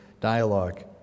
dialogue